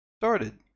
started